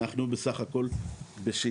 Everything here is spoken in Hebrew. אנחנו בסך הכל בשאיפה,